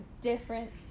different